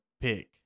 pick